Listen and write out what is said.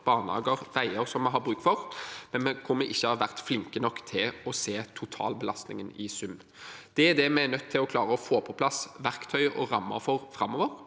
barnehager og veier som vi har bruk for, men hvor vi ikke har vært flinke nok til å se totalbelastningen i sum. Det er det vi er nødt til å klare å få på plass verktøy og rammer for framover.